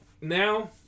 now